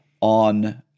on